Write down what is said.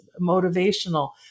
motivational